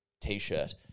t-shirt